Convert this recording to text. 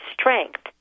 strength